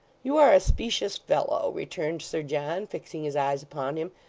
you are a specious fellow returned sir john, fixing his eyes upon him,